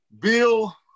Bill